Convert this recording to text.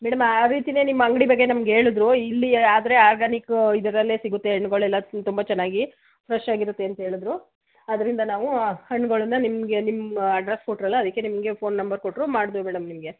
madam ಆ ರೀತಿಯೇ ನಿಮ್ಮ ಅಂಗಡಿ ಬಗ್ಗೆ ನಮಗೆ ಹೇಳಿದ್ರು ಇಲ್ಲಿ ಆದರೆ ಆರ್ಗಾನಿಕ್ಕು ಇದರಲ್ಲೇ ಸಿಗುತ್ತೆ ಹಣ್ಣುಗಳೆಲ್ಲ ತುಂಬ ಚೆನ್ನಾಗಿ ಫ್ರೆಶ್ ಆಗಿರುತ್ತೆ ಅಂತ ಹೇಳಿದ್ರು ಅದರಿಂದ ನಾವು ಹಣ್ಣುಗಳನ್ನ ನಿಮಗೆ ನಿಮ್ಮ ಅಡ್ರೆಸ್ ಕೊಟ್ರಲ್ಲ ಅದಕ್ಕೆ ನಿಮಗೆ ಫೋನ್ ನಂಬರ್ ಕೊಟ್ಟರು ಮಾಡಿದ್ವು ಮೇಡಮ್ ನಿಮಗೆ